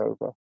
over